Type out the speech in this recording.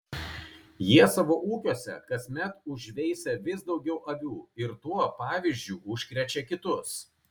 jie savo ūkiuose kasmet užveisia vis daugiau avių ir tuo pavyzdžiu užkrečia kitus